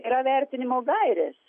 yra vertinimo gairės